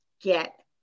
get